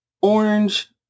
orange